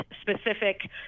specific